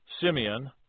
Simeon